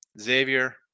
Xavier